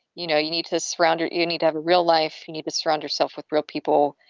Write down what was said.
you know, you need to surround her. you need to have a real life. you need to surround yourself with real people.